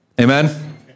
Amen